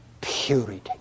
purity